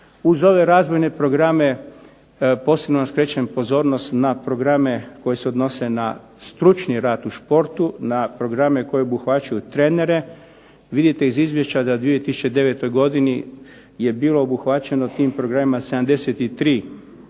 Uz ove razvojne programe posebno vam skrećem pozornost na programe koje se odnose na stručni rad u sportu, na programe koji obuhvaćaju trenere. Vidite iz izvješća da u 2009. godini je bilo obuhvaćeno tim programima 73 trenera.